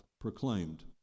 proclaimed